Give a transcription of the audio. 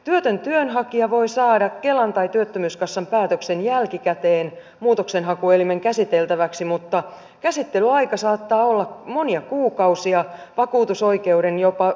työtön työnhakija voi saada kelan tai työttömyyskassan päätöksen jälkikäteen muutoksenhakuelimen käsiteltäväksi mutta käsittelyaika saattaa olla monia kuukausia vakuutusoikeuden jopa yli vuoden